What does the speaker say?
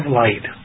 light